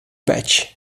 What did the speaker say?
betty